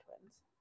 twins